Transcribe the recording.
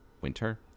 winter